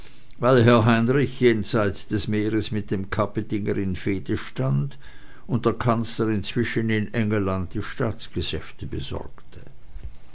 weil herr heinrich jenseits des meeres mit dem kapetinger in fehde stand und der kanzler inzwischen in engelland die staatsgeschäfte besorgte